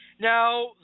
Now